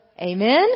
Amen